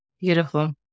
Beautiful